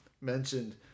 mentioned